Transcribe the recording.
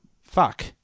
Fuck